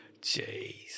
Jeez